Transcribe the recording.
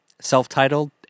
self-titled